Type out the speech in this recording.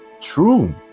true